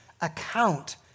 account